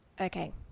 okay